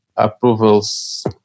approvals